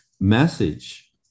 message